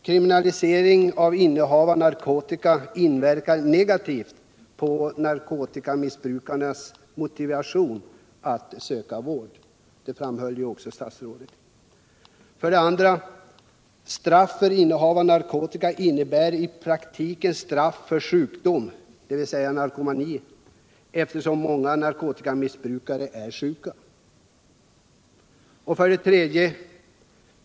Kriminaliseringen av innehavet av narkotika inverkar negativt på narkotikamissbrukarens motivation att söka vård. — Det framhöll också statsrådet. 2. Straff för innehav av narkotika innebär i praktiken straff för sjukdomen eftersom många narkotikamissbrukare är sjuka. 3.